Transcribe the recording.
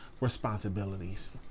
responsibilities